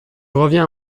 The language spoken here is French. reviens